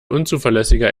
unzuverlässiger